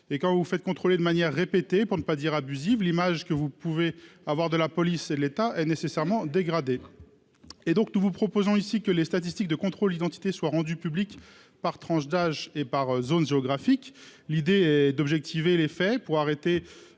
et quand vous vous faites contrôler de manière répétée pour ne pas dire abusive l'image que vous pouvez avoir de la police et l'État est nécessairement dégradé et donc, nous vous proposons ici que les statistiques de contrôles d'identité soit rendue publique par tranche d'âge et par zone géographique, l'idée est d'objectiver les faits pour arrêter